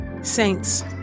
Saints